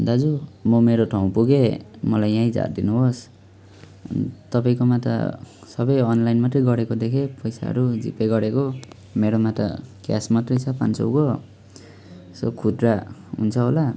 दाजु म मेरो ठाउँ पुगे मलाई यहीँ झारिदिनु होस् तपाईँकोमा त सबै अनलाइन मात्रै गरेको देखेँ पैसाहरू जिपे गरेको मेरोमा त क्यास मात्रै छ पाँच सयको यसो खुद्रा हुन्छ होला